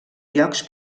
llocs